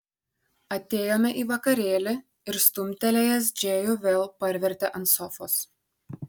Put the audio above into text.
atėjome į vakarėlį ir stumtelėjęs džėjų vėl parvertė ant sofos